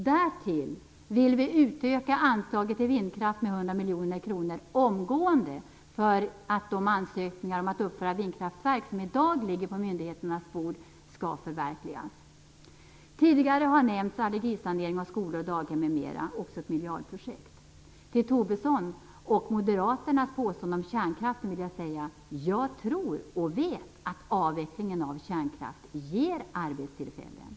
Därtill vill vi utöka anslaget till vindkraft med 100 miljoner kronor omgående för att de ansökningar om att uppföra vindkraftverk som i dag ligger på myndigheternas bord skall förverkligas. Tidigare har allergisanering av skolor, daghem m.m. nämnts. Det är också ett miljardprojekt. Till Lars Tobissons och moderaternas påstående om kärnkraften vill jag säga att jag tror och vet att avvecklingen av kärnkraften ger arbetstillfällen.